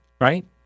right